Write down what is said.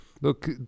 look